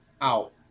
out